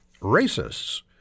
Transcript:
racists